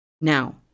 Now